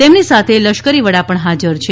તેમની સાથે લશ્કરી વડા પણ હાજર છે